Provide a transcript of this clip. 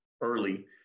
early